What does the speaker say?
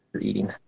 eating